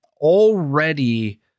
already